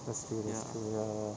that's true that's true ya